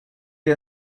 lio